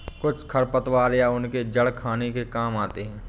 कुछ खरपतवार या उनके जड़ खाने के काम आते हैं